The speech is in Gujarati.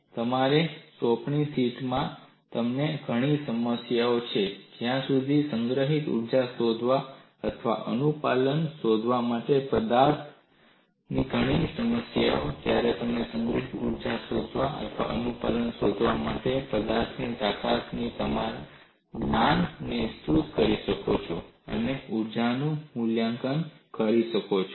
અને તમારી સોંપણી શીટમાં તમને ઘણી સમસ્યાઓ છે જ્યાં તમે સંગ્રહિત ઊર્જા શોધવા અથવા અનુપાલન શોધવા માટે પદાર્થની તાકાતના તમારા જ્ઞાન ને વિસ્તૃત કરી શકો છો અને ઊર્જાનું મૂલ્યાંકન કરી શકો છો